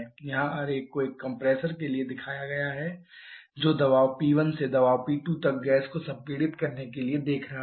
यहां आरेख को एक कंप्रेसर के लिए दिखाया गया है जो दबाव P1 से दबाव P2 तक गैस को संपीड़ित करने के लिए देख रहा है